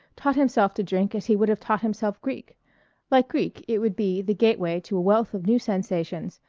taught himself to drink as he would have taught himself greek like greek it would be the gateway to a wealth of new sensations,